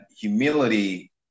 humility